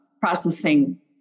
processing